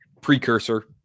precursor